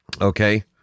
Okay